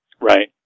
Right